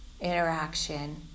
interaction